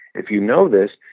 if you know this,